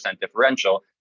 differential